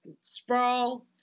Sprawl